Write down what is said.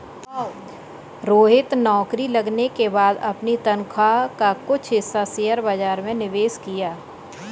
रोहित नौकरी लगने के बाद अपनी तनख्वाह का कुछ हिस्सा शेयर बाजार में निवेश किया